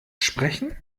sprechen